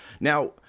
Now